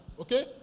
okay